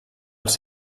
els